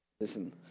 Listen